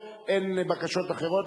נתקבלה.